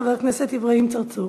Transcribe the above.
חבר הכנסת אברהים צרצור.